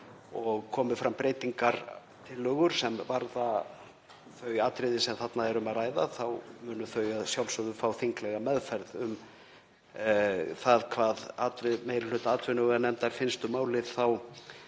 og komi fram breytingartillögur sem varða þau atriði sem þarna er um að ræða þá munu þær að sjálfsögðu fá þinglega meðferð. Það hvað meiri hluta atvinnuveganefndar finnst um málið